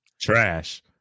trash